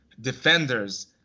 defenders